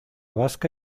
vasca